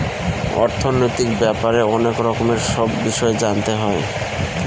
অর্থনৈতিক ব্যাপারে অনেক রকমের সব বিষয় জানতে হয়